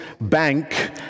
bank